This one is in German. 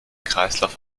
kreislauf